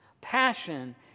passion